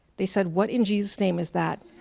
they said what in jesus name is that?